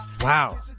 Wow